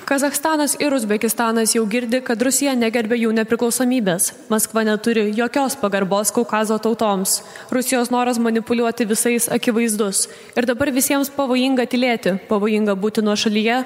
kazachstanas ir uzbekistanas jau girdi kad rusija negerbia jų nepriklausomybės maskva neturi jokios pagarbos kaukazo tautoms rusijos noras manipuliuoti visais akivaizdus ir dabar visiems pavojinga tylėti pavojinga būti nuošalyje